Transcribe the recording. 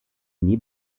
nie